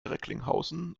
recklinghausen